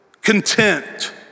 content